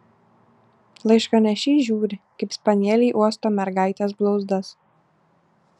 laiškanešys žiūri kaip spanieliai uosto mergaitės blauzdas